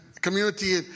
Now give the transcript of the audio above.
Community